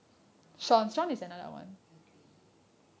I agree